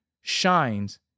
shines